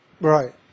Right